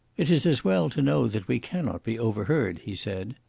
it is as well to know that we cannot be overheard, he said.